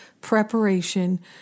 preparation